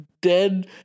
dead